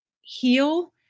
heal